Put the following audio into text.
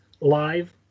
live